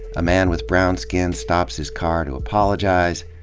a man with brown skin stops his car to apologize,